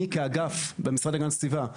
אני כאגף במשרד להגנת הסביבה,